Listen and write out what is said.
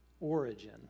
origin